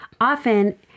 often